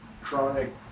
chronic